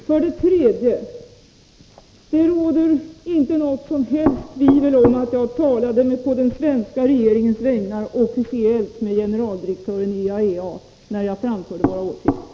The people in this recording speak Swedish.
För det tredje: Det råder inte något som helst tvivel om att jag talade officiellt, på den svenska regeringens vägnar, med generaldirektören i IAEA när jag framförde våra åsikter.